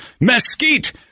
Mesquite